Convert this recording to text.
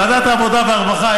ועדת העבודה והרווחה,